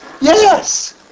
Yes